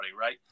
Right